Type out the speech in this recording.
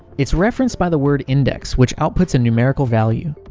it's referenced by the word index which outputs a numerical value.